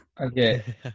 okay